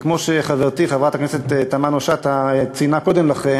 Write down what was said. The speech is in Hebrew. כמו שחברתי חברת הכנסת תמנו-שטה ציינה קודם לכן,